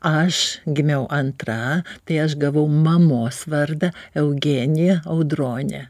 aš gimiau antra tai aš gavau mamos vardą eugenija audronė